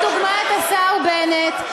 קח לדוגמה את השר בנט.